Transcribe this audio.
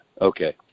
Okay